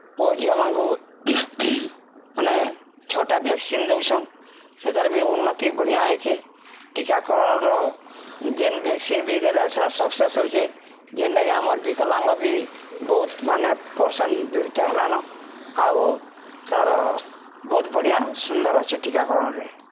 ପୁଅ ଝିଅମାନଙ୍କୁ ମାନେ ଛଟା ଭ୍ୟାକ୍ସିନ୍ ଦଉଛନ୍ ସେ ତାର ବି ଉନ୍ନତି ବଢ଼ିଆ ହେଇଚେ ଟୀକାକରଣର ଯେନ୍ ଭେକ୍ସିନ୍ ବି ଦେଲେ ସେଟା ସକ୍ସେସ ହଉଚେ ଯେନ୍ଟାକି ଆମର୍ ବିକଲାଙ୍ଗ ବି ବହୁତ ମାନେ ପସନ୍ ଦୂରିତ ହେଲାନ ଆଉ ତାର ବହୁତ ବଢ଼ିଆଁ ସୁନ୍ଦର ଅଛେ ଟୀକାକରଣରେ